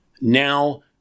Now